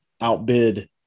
outbid